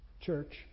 Church